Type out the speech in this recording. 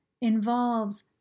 involves